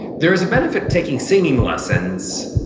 there is a benefit taking singing lessons,